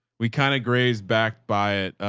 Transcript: we kind of grazed back by it.